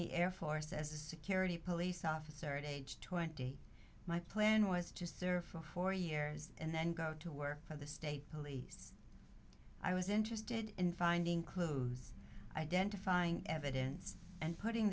the air force as a security police officer at age twenty my plan was to serve for four years and then go to work for the state police i was interested in finding clues identifying evidence and putting